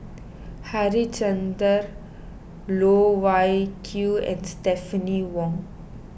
Harichandra Loh Wai Kiew and Stephanie Wong